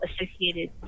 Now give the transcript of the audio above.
associated